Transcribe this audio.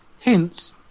Hints